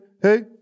hey